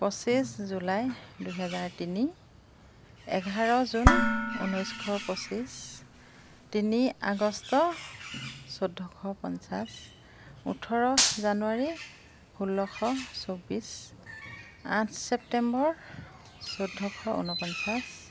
পঁচিছ জুলাই দুহেজাৰ তিনি এঘাৰ জুন ঊনৈছশ পঁচিছ তিনি আগষ্ট চৈধ্যশ পঞ্চাছ ওঠৰ জানুৱাৰী ষোল্লশ চৌব্বিছ আঠ ছেপ্তেম্বৰ চৈধ্যশ ঊনপঞ্চাছ